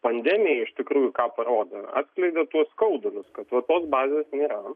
pandemija iš tikrųjų ką parodė atskleidė tuos skaudulius kad vat tos bazės nėra